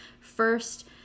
first